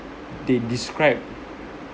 they describe